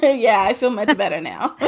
so yeah, i feel much better now.